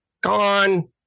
gone